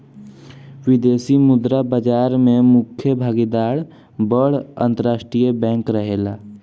विदेशी मुद्रा बाजार में मुख्य भागीदार बड़ अंतरराष्ट्रीय बैंक रहेला